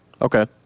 Okay